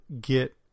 get